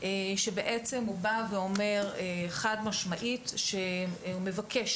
שבעצם הוא בא ואמר חד משמעית שהוא מבקש